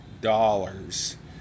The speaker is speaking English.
dollars